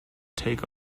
take